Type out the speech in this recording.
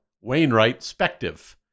Wainwright-Spective